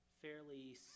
fairly